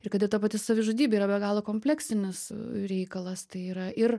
ir kad ir ta pati savižudybė yra be galo kompleksinis reikalas tai yra ir